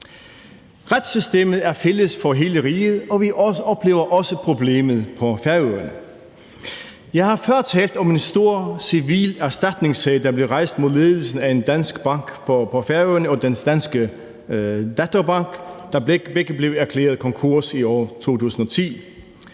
Retssystemet er fælles for hele riget, og vi oplever også problemet på Færøerne. Jeg har før talt om en stor civil erstatningssag, der blev rejst mod ledelsen af en dansk bank på Færøerne og dens danske datterbank, der begge blev erklæret konkurs i år 2010.